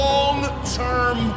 Long-term